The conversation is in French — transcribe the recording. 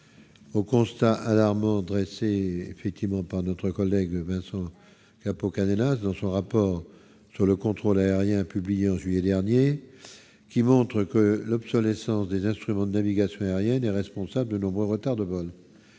au constat alarmant dressé effectivement par notre collègue Vincent Pau, hélas, dans son rapport sur le contrôle aérien, publié en juillet dernier, qui montrent que l'obsolescence des instruments de navigation aérienne, les responsables de nombreux retards de vols